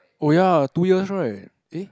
oh ya two years right eh